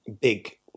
big